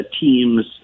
teams